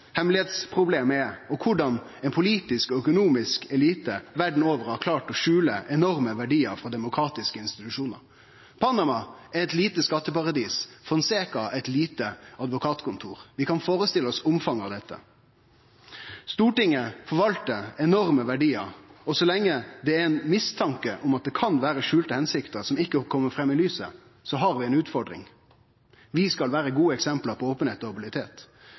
er, og korleis ein politisk og økonomisk elite verda over har klart å skjule enorme verdiar for demokratiske institusjonar. Panama er eit lite skatteparadis, Mossack Fonseca eit lite advokatkontor. Vi kan førestille oss omfanget av dette. Stortinget forvaltar enorme verdiar. Så lenge det er mistanke om at det kan vere skjulte hensikter som ikkje kjem fram i lyset, har vi ei utfordring. Vi skal vere gode eksempel på openheit og